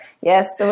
Yes